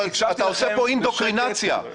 אתה עושה פה אינדוקטרינציה.